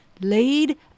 Lead